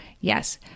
yes